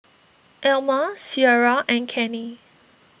Elma Ciera and Kenney